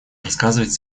рассказывать